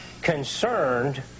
concerned